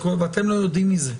ואתם לא יודעים מזה.